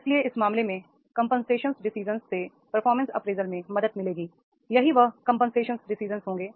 इसलिए इस मामले में कंपनसेशन डिसीजंस से परफॉर्मेंस अप्रेजल में मदद मिलेगी यही वह कंपनसेशन डिसीजंस होंगे